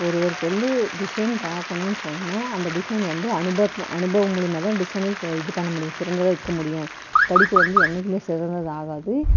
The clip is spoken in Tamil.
ஒருவருக்கு வந்து டிசைன் பார்க்கணுன்னு சொன்னால் அந்த டிசைன் வந்து அனுபவ அனுபவம் மூலிமாதான் டிசைனிங் இது பண்ண முடியும் சிறந்ததாக இருக்க முடியும் படிப்பு வந்து என்றைக்குமே சிறந்ததாகாது